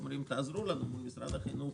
ואומרים: תעזרו לנו מול משרד החינוך,